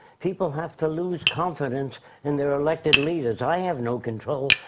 people have to lose confidence in their elected leaders. i have no control.